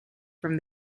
from